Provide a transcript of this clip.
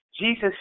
Jesus